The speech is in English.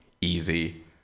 Easy